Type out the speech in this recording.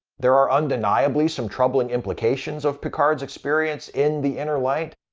there are undeniably some troubling implications of picard's experience in the inner light,